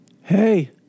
hey